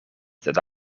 sed